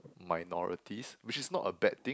minorities which is not a bad thing